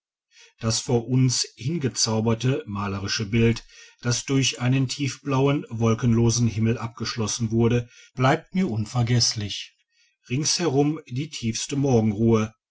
das vor uns hingezauberte malerische bild das durch einen tiefblauen wolkenlosen himmel abgeschlossen wurde bleibt mir unvergesslich ringsherum die tiefste morgenruhe